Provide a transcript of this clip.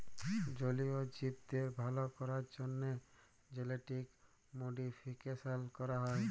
জলীয় জীবদের ভাল ক্যরার জ্যনহে জেলেটিক মডিফিকেশাল ক্যরা হয়